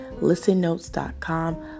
ListenNotes.com